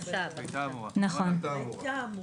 הייתה אמורה.